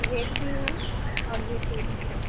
red भी है और यह पिंक है